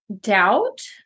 doubt